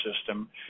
system